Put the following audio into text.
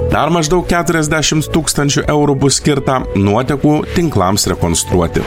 dar maždaug keturiasdešim tūkstančių eurų bus skirta nuotekų tinklams rekonstruoti